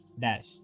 dash